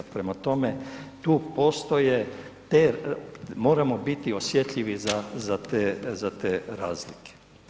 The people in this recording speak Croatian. Prema tome, tu postoje te, moramo biti osjetljivi za te, za te razlike.